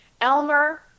Elmer